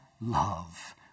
love